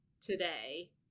today